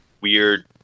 weird